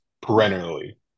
perennially